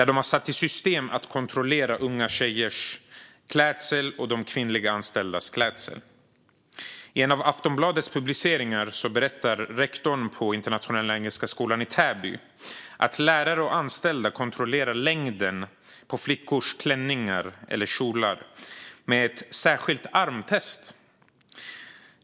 De har satt i system att kontrollera klädseln hos unga tjejer och kvinnliga anställda. I en av Aftonbladets publiceringar berättar rektorn på Internationella Engelska Skolan i Täby att lärare och anställda kontrollerar längden på flickors klänningar och kjolar med ett särskilt armtest.